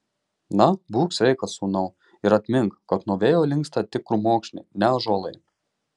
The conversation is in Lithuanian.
na būk sveikas sūnau ir atmink kad nuo vėjo linksta tik krūmokšniai ne ąžuolai